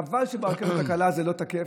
חבל שברכבת הקלה זה לא תקף,